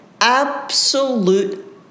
absolute